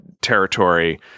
territory